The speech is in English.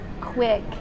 quick